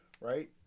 right